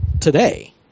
today